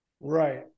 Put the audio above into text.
Right